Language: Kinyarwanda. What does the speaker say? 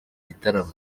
gitaramo